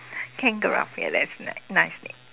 Kangaraffe ya that's a ni~ nice name